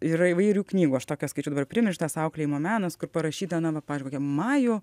yra įvairių knygų aš tokias skaičiau dabar primirštas auklėjimo menas kur parašyta na va pavyzdžiui kokia majų